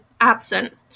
absent